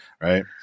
Right